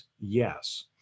yes